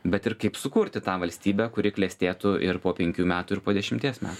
bet ir kaip sukurti tą valstybę kuri klestėtų ir po penkių metų ir po dešimties met